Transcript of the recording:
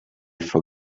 for